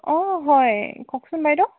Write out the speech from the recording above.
অঁ হয় কওকচোন বাইদেউ